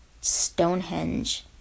Stonehenge